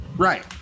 Right